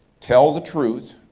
tell the truth,